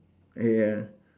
eh ya